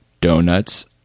donuts